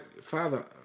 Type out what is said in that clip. father